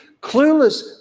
clueless